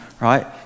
right